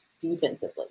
defensively